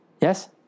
Yes